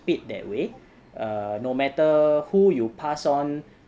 it that way err no matter who you pass on